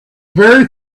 very